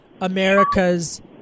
America's